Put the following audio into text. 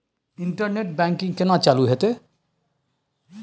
Internet banking केना चालू हेते?